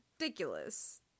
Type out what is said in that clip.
ridiculous